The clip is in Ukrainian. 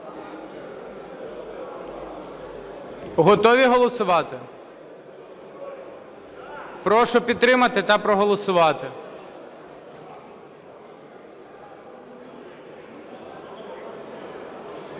Готові голосувати? Прошу підтримати та проголосувати.